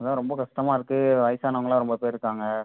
அதான் ரொம்ப கஷ்டமாக இருக்குது வயசானவங்களாம் ரொம்ப பேர் இருக்காங்கள்